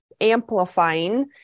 amplifying